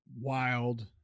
Wild